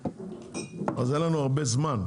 אין לנו הרבה זמן,